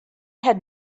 had